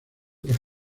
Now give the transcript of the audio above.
por